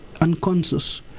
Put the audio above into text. unconscious